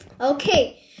Okay